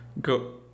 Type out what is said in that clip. go